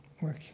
work